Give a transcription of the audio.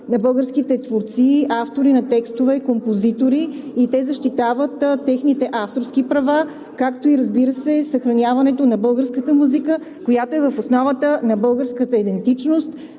на българските творци, автори на текстове, композитори, и те защитават техните авторски права, както и, разбира се, съхраняването на българската музика, която е в основата на българската идентичност,